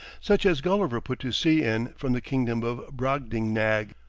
such as gulliver put to sea in from the kingdom of brobdingnag.